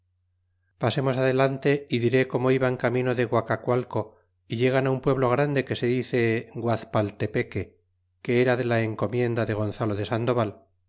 pasemos adelante y diré como iban camino de guacacualco y llegan un pueblo grande que se dice guazpaltepeque que era de la encomienda de gonzalo de sandoval